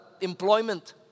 employment